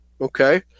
okay